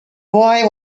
boy